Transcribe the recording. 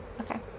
Okay